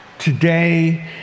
Today